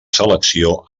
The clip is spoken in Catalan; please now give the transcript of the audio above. selecció